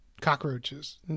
Cockroaches